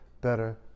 better